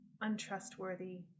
untrustworthy